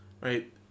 right